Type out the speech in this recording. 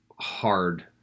hard